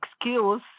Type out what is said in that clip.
excuse